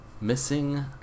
Missing